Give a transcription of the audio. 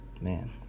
man